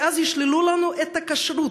כי אז ישללו לנו את הכשרות.